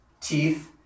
teeth